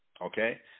Okay